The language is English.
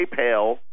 PayPal